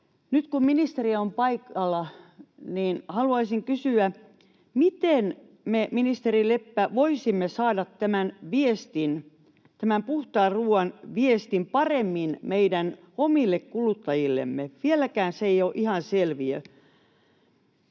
Nyt kun ministeri on paikalla, haluaisin kysyä: miten me, ministeri Leppä, voisimme saada tämän viestin, tämän puhtaan ruoan viestin, paremmin meidän omille kuluttajillemme? Vieläkään se ei ole ihan selviö